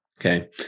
Okay